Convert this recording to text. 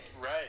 Right